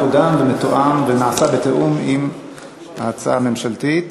מקודם ומתואם ונעשה בתיאום עם ההצעה הממשלתית.